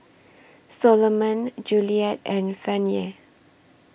Solomon Juliette and Fannye